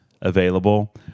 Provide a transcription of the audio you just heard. available